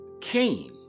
Cain